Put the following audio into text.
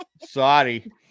sorry